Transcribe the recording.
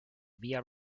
via